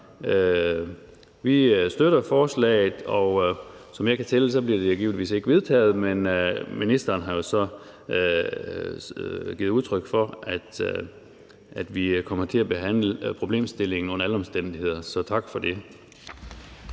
Vi støtter forslaget, og som jeg kan tælle mig frem til, bliver det givetvis ikke vedtaget. Men ministeren har jo så givet udtryk for, at vi kommer til at behandle problemstillingen under alle omstændigheder. Så tak for det.